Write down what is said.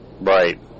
Right